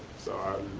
so i